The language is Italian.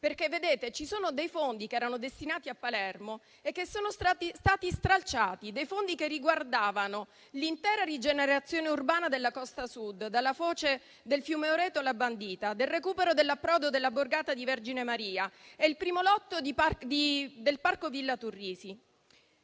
prima persona. Ci sono dei fondi che erano destinati a Palermo e che sono stati stralciati. Si trattava di fondi che riguardavano l'intera rigenerazione urbana della costa Sud, dalla foce del fiume Oreto alla Bandita, del recupero dell'approdo della borgata di Vergine Maria e il primo lotto del Parco Villa Turrisi.